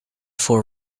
for